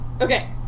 Okay